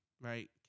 right